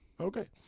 Okay